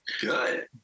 Good